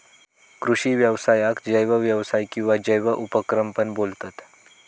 कृषि व्यवसायाक जैव व्यवसाय किंवा जैव उपक्रम पण बोलतत